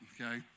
okay